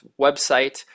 website